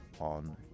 on